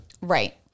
Right